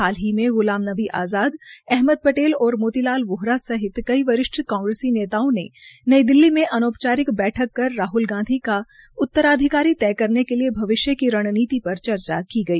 हाल ही में ग्लाम नबी आज़ाद अहमद पटेल और मोती लाल वोहरा सहित कई वरिष्ठ कांग्रेसी नेताओं ने नई दिल्ली में अनौपचारिक बैठक कर राहल गांधी का उत्तराधिकारी तय करने के लिये भविष्य की रणनीति पर चर्चा की गई